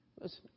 Listen